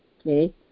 okay